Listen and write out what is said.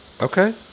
Okay